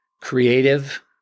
creative